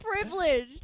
privileged